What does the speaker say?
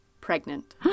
pregnant